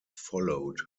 followed